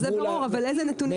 זה ברור, אבל איזה נתונים כרגע.